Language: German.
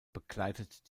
begleitet